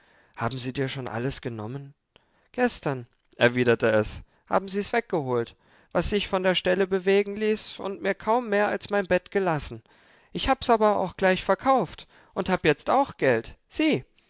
haben sie dir schon alles genommen gestern erwiderte es haben sie's weggeholt was sich von der stelle bewegen ließ und mir kaum mehr als mein bett gelassen ich hab's aber auch gleich verkauft und hab jetzt auch geld sieh